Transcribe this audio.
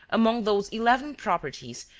among those eleven properties,